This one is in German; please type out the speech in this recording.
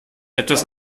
etwas